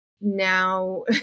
now